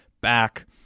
back